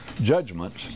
judgments